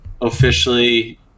officially